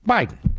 Biden